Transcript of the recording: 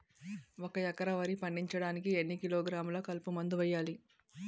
ఒక ఎకర వరి పండించటానికి ఎన్ని కిలోగ్రాములు కలుపు మందు వేయాలి?